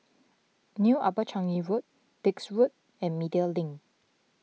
New Upper Changi Road Dix Road and Media Link